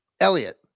Elliot